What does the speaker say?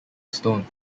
stone